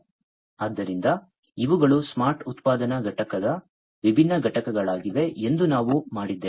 ಆದ್ದರಿಂದ ಇವುಗಳು ಸ್ಮಾರ್ಟ್ ಉತ್ಪಾದನಾ ಘಟಕದ ವಿಭಿನ್ನ ಘಟಕಗಳಾಗಿವೆ ಎಂದು ನಾವು ಮಾಡಿದ್ದೇವೆ